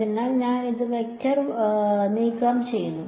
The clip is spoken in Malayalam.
അതിനാൽ ഞാൻ ഇത് വെക്റ്റർ വശം നീക്കംചെയ്യുന്നു